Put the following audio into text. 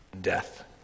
death